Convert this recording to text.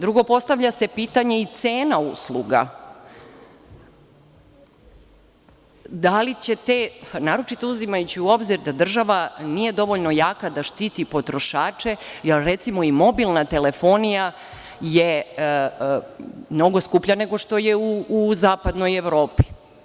Drugo, postavlja se pitanje i cena usluga, naročito uzimajući u obzir da država nije dovoljno jaka da štiti potrošače, jer, recimo, i mobilna telefonija je mnogo skuplja nego što je u zapadnoj Evropi.